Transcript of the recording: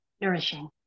nourishing